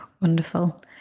Wonderful